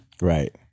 Right